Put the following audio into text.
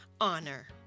honor